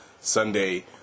Sunday